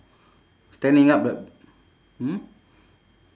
standing up the hmm